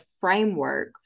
framework